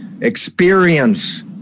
experience